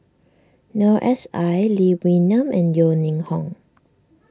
Noor S I Lee Wee Nam and Yeo Ning Hong